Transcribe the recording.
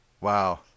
Wow